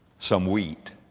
some wheat.